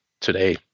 today